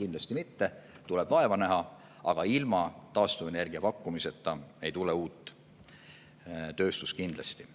Kindlasti mitte, tuleb vaeva näha. Aga ilma taastuvenergia pakkumiseta ei tule uut tööstust kindlasti.